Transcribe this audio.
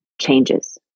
changes